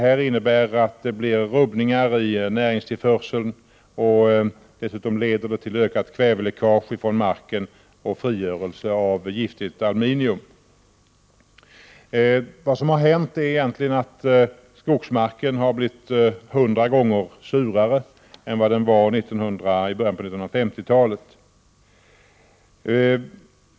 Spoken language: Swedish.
Det innebär att det blir rubbningar i näringstillförseln, och dessutom leder det till ökat kväveläckage från marken och frigörelse av giftigt aluminium. Skogsmarken har blivit 100 gånger surare än den var i början av 1950-talet.